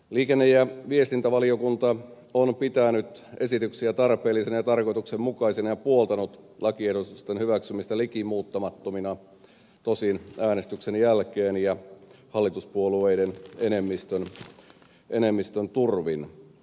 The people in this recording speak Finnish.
liikenne ja viestintävaliokunta on pitänyt esityksiä tarpeellisina ja tarkoituksenmukaisina ja puoltanut lakiehdotusten hyväksymistä liki muuttamattomina tosin äänestyksen jälkeen ja hallituspuolueiden enemmistön turvin